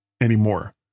anymore